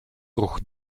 ruch